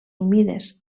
humides